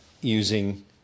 using